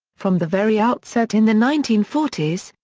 from the very outset in the nineteen forty s,